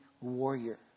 warrior